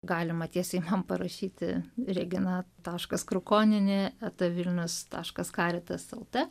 galima tiesiai man parašyti regina taškas krukonienė eta vilnius taškas karitas lt